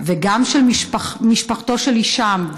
וגם של משפחתו של הישאם,